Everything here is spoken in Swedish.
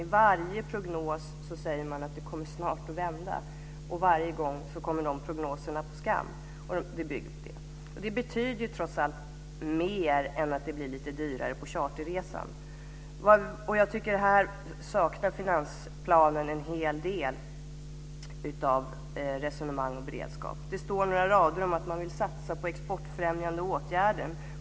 I varje prognos säger man att det kommer snart att vända, och varje gång kommer de prognoserna på skam. Det betyder trots allt mer än att det blir lite dyrare på charterresan. Jag tycker att finansplanen här saknar en hel del av resonemang och beredskap. Det står några rader om att man vill satsa på exportfrämjande åtgärder.